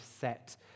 set